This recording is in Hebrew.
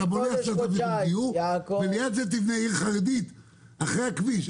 אתה בונה עכשיו את הכביש המהיר וליד זה תבנה עיר חרדית אחרי הכביש?